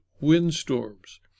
windstorms